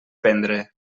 prendre